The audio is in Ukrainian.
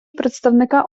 представника